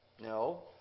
No